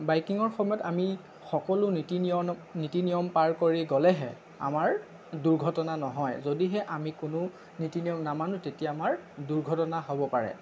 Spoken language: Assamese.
বাইকিঙৰ সময়ত আমি সকলো নীতি নিয়ম পালন কৰি গ'লেহে আমাৰ দূৰ্ঘটনা নহয় যদিহে আমি কোনো নীতি নিয়ম নামানো তেতিয়া আমাৰ দূৰ্ঘটনা হ'ব পাৰে